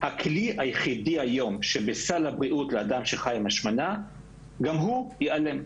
הכלי היחיד שהיום בסל הבריאות לאדם שחי עם השמנה - גם הוא ייעלם.